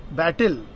battle